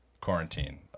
quarantine